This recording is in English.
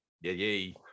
Yay